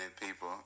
people